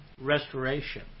restoration